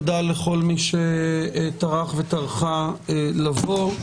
תודה לכל מי שטרח וטרחה לבוא.